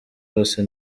bose